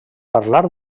parlar